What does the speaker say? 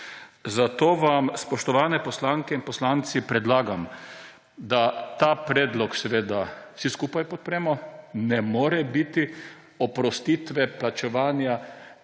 Zato vam, spoštovane poslanke in poslanci, predlagam, da ta predlog vsi skupaj podpremo. Ne more biti oprostitve plačevanja